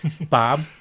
Bob